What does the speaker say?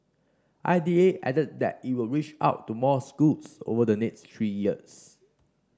I D A added that it will reach out to more schools over the next three years